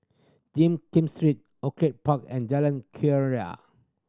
Jin Kim Street Orchid Park and Jalan Keria